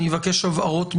אני אבקש הבהרות מכם,